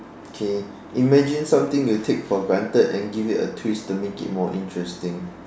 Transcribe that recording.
okay imagine something you take for granted and give it a twist to make it more interesting